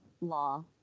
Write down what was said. law